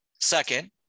Second